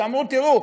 שאמרו: תראו,